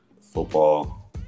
football